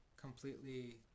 completely